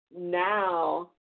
Now